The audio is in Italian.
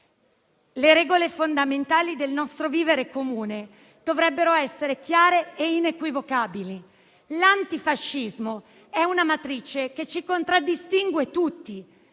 Le regole fondamentali del nostro vivere comune dovrebbero essere chiare e inequivocabili; l'antifascismo è una matrice che ci contraddistingue tutti;